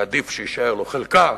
כי עדיף שיישאר לו חלקה